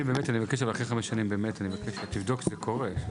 אני מבקש שאחרי חמש שנים תבדוק אם זה קורה.